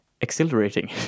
exhilarating